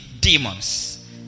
demons